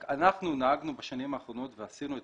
רק אנחנו נהגנו בשנים האחרונות ועשינו את